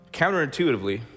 counterintuitively